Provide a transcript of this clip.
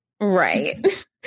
right